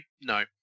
No